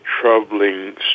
troubling